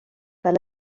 fel